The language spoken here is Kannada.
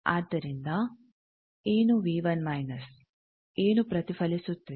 ಆದ್ದರಿಂದ ಏನು ಏನು ಪ್ರತಿಫಲಿಸುತ್ತಿದೆ